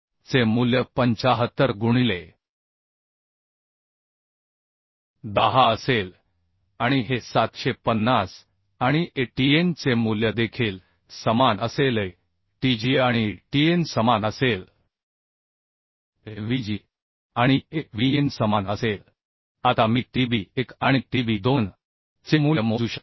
चे मूल्य 75 गुणिले 10 असेल आणि हे 750 आणि Atn चे मूल्य देखील समान असेल AtgआणिAtn समान असेल आता मी Tdb1 आणि Tdb 2 चे मूल्य मोजू शकतो